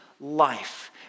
life